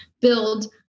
build